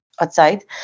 outside